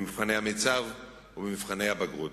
במבחני המיצ"ב ובמבחני הבגרות.